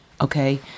okay